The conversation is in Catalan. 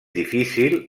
difícil